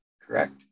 Correct